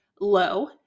low